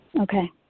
Okay